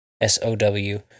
S-O-W